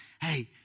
hey